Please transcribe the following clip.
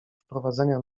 wprowadzania